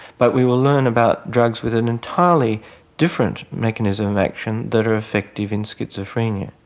but we will learn about drugs with an entirely different mechanism action that are effective in schizophrenia.